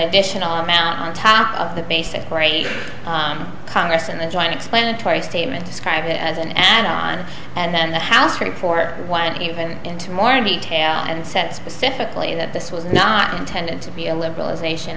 additional amount on top of the basic grade congress and the joint explanatory statement describe it as an add on and then the house report why and even into more detail and said specifically that this was not intended to be a liberalization